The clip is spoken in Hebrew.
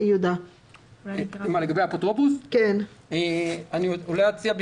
לגבי האפוטרופוס אולי אציע,